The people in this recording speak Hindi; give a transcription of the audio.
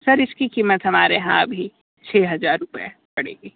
सर इसकी कीमत हमारे यहाँ अभी छः हजार रुपये पड़ेगी